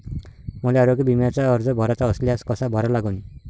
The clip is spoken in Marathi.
मले आरोग्य बिम्याचा अर्ज भराचा असल्यास कसा भरा लागन?